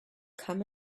come